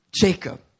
Jacob